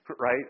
right